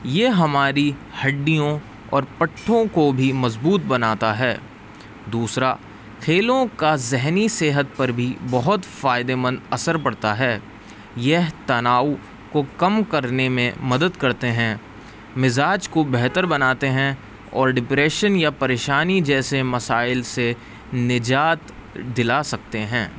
یہ ہماری ہڈیوں اور پٹھوں کو بھی مضبوط بناتا ہے دوسرا کھیلوں کا ذہنی صحت پر بھی بہت فائدے مند اثر پڑتا ہے یہ تناؤ کو کم کرنے میں مدد کرتے ہیں مزاج کو بہتر بناتے ہیں اور ڈپریشن یا پریشانی جیسے مسائل سے نجات دلا سکتے ہیں